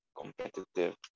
competitive